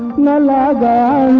la la,